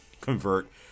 convert